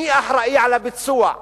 מי אחראי לביצוע,